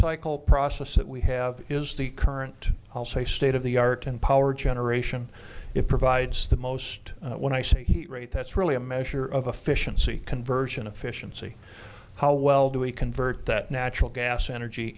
cycle process that we have is the current state of the art and power generation it provides the most when i say heat rate that's really a measure of a fish and see conversion efficiency how well do we convert that natural gas energy